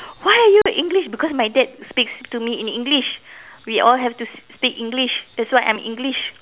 why are you English because my dad speaks to me in English we all have to speak English that's why I am English